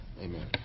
Amen